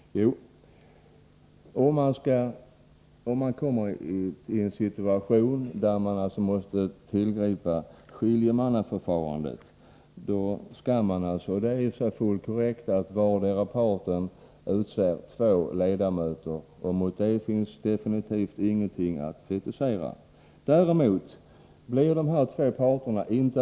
Jo, i en situation där man måste tillgripa detta förfarande skall vardera parten utse två skiljenämndsledamöter — och det kan man definitivt inte kritisera. Den femte personen skall utses av parterna tillsammans.